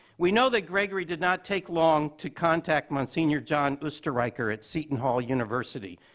we know that gregory did not take long to contact monsignor john oesterreicher at seton hall university.